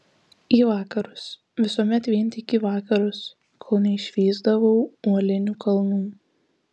į vakarus visuomet vien tik į vakarus kol neišvysdavau uolinių kalnų